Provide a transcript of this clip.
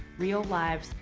real lives,